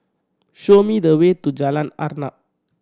show me the way to Jalan Arnap